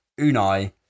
Unai